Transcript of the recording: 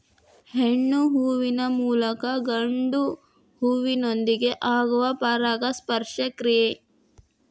ಹೆಣ್ಣು ಹೂವಿನ ಮೂಲಕ ಗಂಡು ಹೂವಿನೊಂದಿಗೆ ಆಗುವ ಪರಾಗಸ್ಪರ್ಶ ಕ್ರಿಯೆ